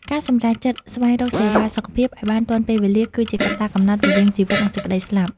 ការសម្រេចចិត្តស្វែងរកសេវាសុខភាពឱ្យបានទាន់ពេលវេលា គឺជាកត្តាកំណត់រវាងជីវិត និងសេចក្តីស្លាប់។